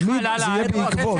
תמיד זה יהיה בעקבות.